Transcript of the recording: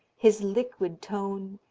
his liquid tone,